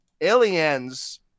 Aliens